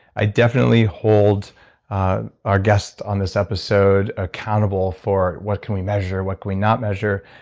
i definitely hold our guest on this episode accountable for what can we measure, what can we not measure.